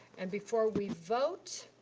and before we vote